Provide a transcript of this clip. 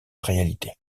réalité